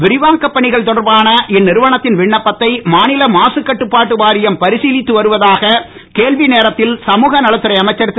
விரிவாக்கப் பணிகள் தொடர்பான இந்நிறுவனத்தின் விண்ணப்பத்தை மாநில மாசுக்கட்டுப்பாட்டு வாரியம் பரிசிலித்து வருவதாக கேள்வி நேரத்தில் சமூக நலத்துறை அமைச்சர் திரு